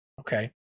Okay